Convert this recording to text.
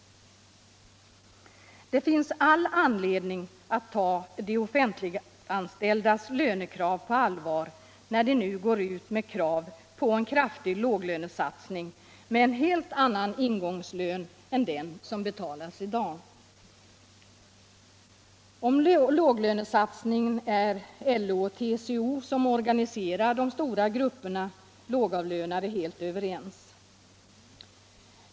Det finns all anledning att ta de offentliganställdas lönekrav på allvar när de nu går ut med krav på en kraftig låglönesatsning, med en helt annan ingångslön än den som betalas i dag. Om låglönesatsningen är LO och TCO, som organiserar de stora grupperna lågavlönade, helt överens.